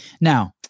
Now